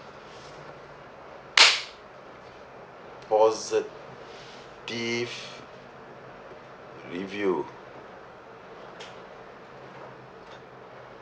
positive review